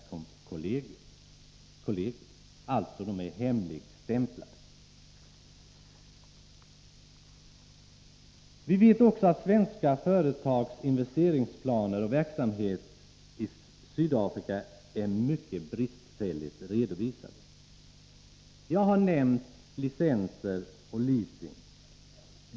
21 november 1983 Vi vet också att svenska företags investeringsplaner och verksamhet i Sydafrika är mycket bristfälligt redovisade. Jag har nämnt licenser och Om skärpt lagstift leasing.